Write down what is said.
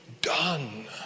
done